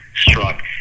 struck